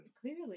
Clearly